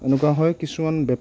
এনেকুৱা হয় কিছুমান